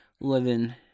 living